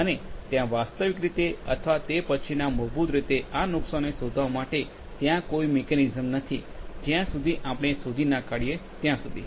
અને ત્યાં વાસ્તવિક રીતે અથવા તે પછીના મૂળભૂત રીતે આ નુકસાનને શોધવા માટે ત્યાં કોઈ મિકેનિઝમ નથી જ્યાં સુધી આપણે શોધીના કાઢીએ ત્યાં સુધી